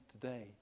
today